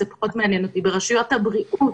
זה פחות מעניין אותי ברשויות הבריאות,